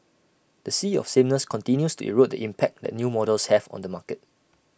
the sea of sameness continues to erode the impact that new models have on the market